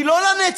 היא לא לנצח.